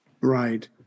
Right